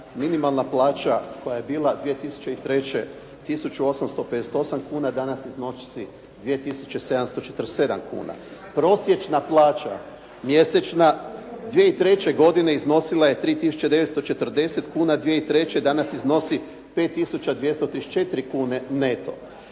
minimalna plaća koja je bila 2003. 1858 kuna danas iznosi 2747 kuna, prosječna plaća mjesečna 2003. godine iznosila je 3940 kuna, 2003., danas iznosi 5234 kune neto.